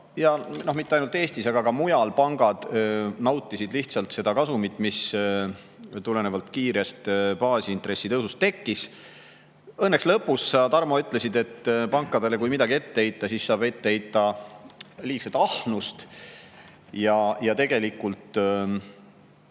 mitte ainult Eestis, aga ka mujal, nautisid lihtsalt seda kasumit, mis tulenevalt kiirest baasintressi tõusust tekkis. Õnneks lõpus sa, Tarmo, ütlesid, et kui midagi pankadele ette heita, siis saab ette heita liigset ahnust. Ja tegelikult